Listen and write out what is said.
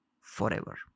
forever